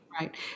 Right